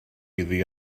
iddi